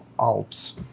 Alps